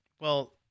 Well-